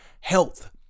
health